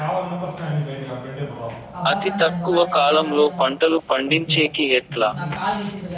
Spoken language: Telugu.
అతి తక్కువ కాలంలో పంటలు పండించేకి ఎట్లా?